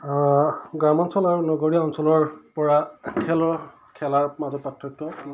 গ্ৰাম্যাঞ্চল আৰু নগৰীয়া অঞ্চলৰ পৰা খেলৰ খেলাৰ মাজত পাৰ্থক্য